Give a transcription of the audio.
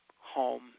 home